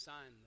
Son